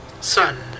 Son